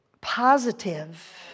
positive